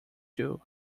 too